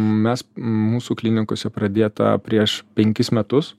mes mūsų klinikose pradėta prieš penkis metus